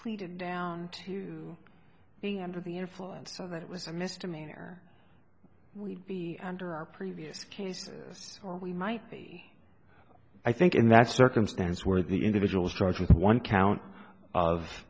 pleaded down to being under the influence so that it was a misdemeanor we'd be under our previous cases or we might be i think in that circumstance where the individual starts with one count of